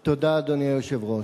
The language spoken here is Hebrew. תודה, אדוני היושב-ראש.